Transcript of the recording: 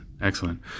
Excellent